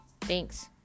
Thanks